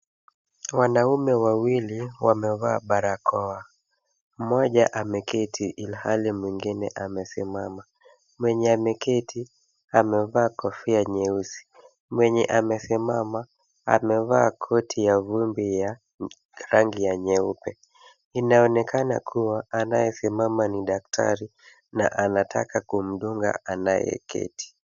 Wanaume wawili wamevaa barakoa. Mmoja ameketi ilhali mwingine amesimama. Mwenye ameketi, amevaa kofia nyeusi. Mwenye amesimama amevaa koti ya vumbi ya rangi ya nyeupe. Inaonekana kuwa, anayesimama ni daktari, na anataka kumdunga anayeketi.